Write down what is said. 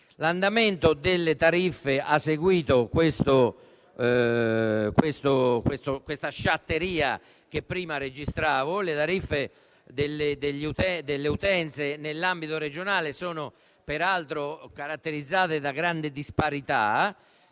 L'andamento delle tariffe ha seguito la sciatteria che prima registravo; peraltro le tariffe delle utenze nell'ambito regionale sono caratterizzate da grande disparità: